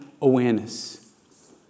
awareness